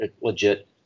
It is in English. legit